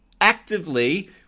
actively